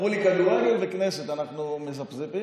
אמרו לי: כדורגל וכנסת, אנחנו מזפזפים.